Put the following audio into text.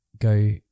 go